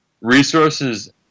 resources